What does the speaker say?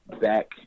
back